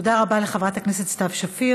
תודה רבה לחברת הכנסת סתיו שפיר.